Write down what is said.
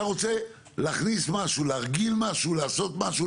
אתה רוצה להכניס משהו ,להרגיל משהו לעשות משהו,